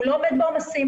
הוא לא עומד בעומסים,